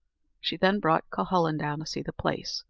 she then brought cuhullin down to see the place,